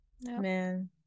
man